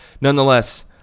nonetheless